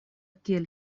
kiel